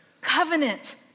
covenant